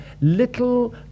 little